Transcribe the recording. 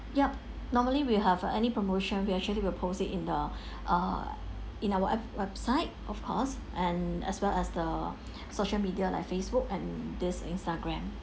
yup normally we have any promotion we actually will post it in the uh in our w~ website of course and as well as the social media like facebook this instagram